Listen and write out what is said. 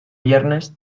viernes